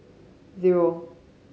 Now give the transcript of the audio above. zero